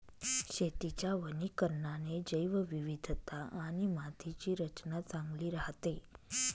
शेतीच्या वनीकरणाने जैवविविधता आणि मातीची रचना चांगली राहते